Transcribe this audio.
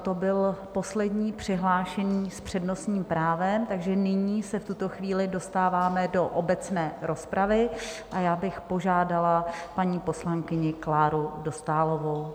To byl poslední přihlášený s přednostním právem, takže nyní se v tuto chvíli dostáváme do obecné rozpravy a já bych požádala paní poslankyni Kláru Dostálovou.